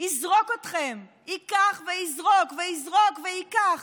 יזרוק אתכם, ייקח ויזרוק ויזרוק וייקח,